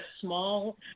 small